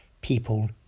People